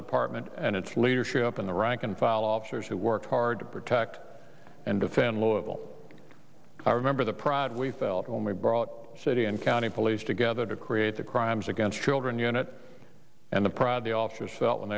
department and its leadership in the rank and file officers who work hard to protect and defend local i remember the proud we felt when we brought city and county police together to create the crimes against children unit and the